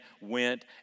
went